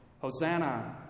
Hosanna